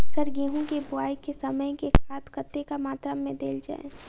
Sir गेंहूँ केँ बोवाई केँ समय केँ खाद कतेक मात्रा मे देल जाएँ?